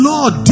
Lord